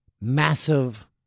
massive